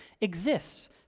exists